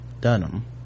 Dunham